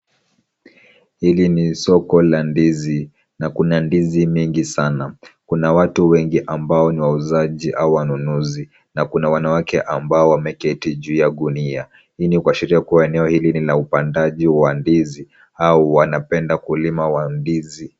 Hili ni soko la ndizi na kuna ndizi mengi sana. Kuna watu wengi ambao ni wauzaji au wanunuzi na kuna wanawake ambao wameketi juu ya gunia. Hii ni kuashiria kuwa eneo hili ni la upandaji wa ndizi au wanapenda ukulima wa ndizi.